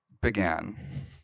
began